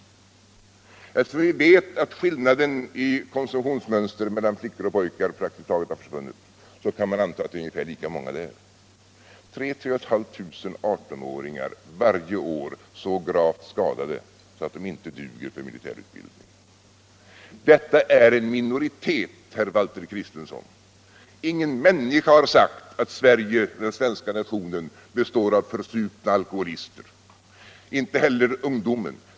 Och eftersom vi vet att skillnaden i konsumtionsmönster mellan flickor och pojkar har praktiskt taget försvunnit kan man anta att det är ungefär lika många flickor. Tre och ett halvt tusen 18 åringar är varje år så gravt skadade att de inte duger till militärutbildning. Detta är en minoritet, herr Kristenson. Ingen människa har sagt att svenska nationen består av försupna alkoholister, inte heller den svenska ungdomen.